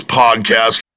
podcast